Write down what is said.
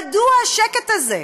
מדוע השקט הזה?